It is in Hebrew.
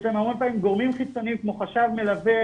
יש להם המון פעמים גורמים חיצוניים כמו חשב מלווה,